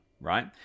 right